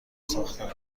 ساختن